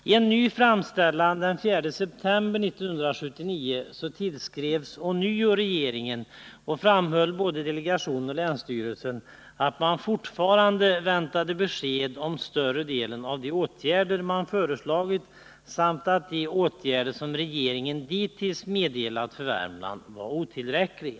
I en ny framställning den 4 Nr 26 september 1979 till regeringen framhöll både delegationen och länsstyrelsen Måndagen den att man fortfarande väntade på besked om större delen av de åtgärder man — 12 november 1979 föreslagit samt att de åtgärder som regeringen dittills meddelat för Värmland var otillräckliga.